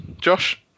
Josh